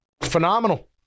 Phenomenal